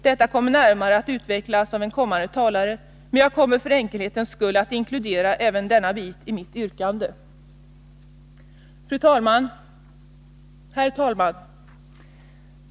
Detta kommer att närmare utvecklas av en kommande talare, men jag kommer för enkelhetens skull att inkludera även denna bit i mitt yrkande. Herr talman!